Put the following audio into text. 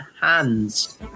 hands